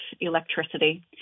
electricity